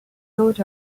thought